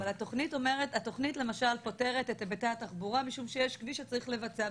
אבל למשל התוכנית פותרת את היבטי התחבורה משום שיש כביש שצריך לבצע,